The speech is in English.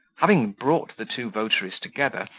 having brought the two votaries together,